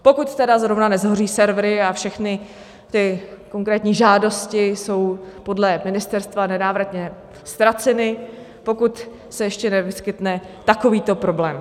Pokud tedy zrovna neshoří servery a všechny ty konkrétní žádosti jsou podle ministerstva nenávratně ztraceny, pokud se ještě nevyskytne takovýto problém.